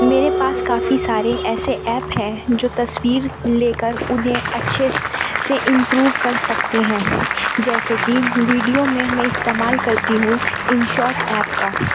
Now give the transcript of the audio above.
میرے پاس کافی سارے ایسے ایپ ہیں جو تصویر لے کر انہیں اچھے سے امپروو کر سکتے ہیں جیسے کہ ویڈیو میں میں استعمال کرتی ہوں انشاٹ ایپ کا